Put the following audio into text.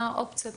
מה האופציות,